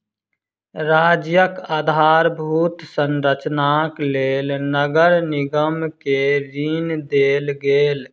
राज्यक आधारभूत संरचनाक लेल नगर निगम के ऋण देल गेल